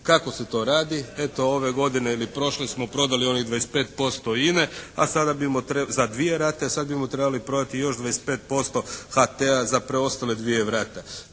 Kako se to radi? Eto ove godine ili prošle smo prodali onih 25% INA-e, a sada bi mu trebali, za dvije rate a sad bi mu trebali prodati još 25% HT-a za preostale dvije rate.